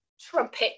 trumpet